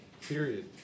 period